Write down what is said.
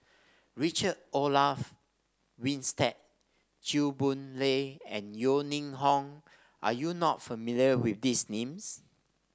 Richard Olaf Winstedt Chew Boon Lay and Yeo Ning Hong are you not familiar with these names